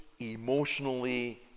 emotionally